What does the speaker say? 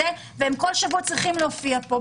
והם כל שבוע צריכים להופיע פה,